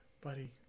Buddy